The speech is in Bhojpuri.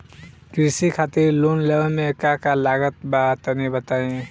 कृषि खातिर लोन लेवे मे का का लागत बा तनि बताईं?